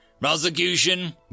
Prosecution